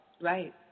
right